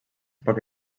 poc